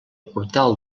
portal